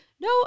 no